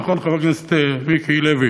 נכון, חבר הכנסת מיקי לוי?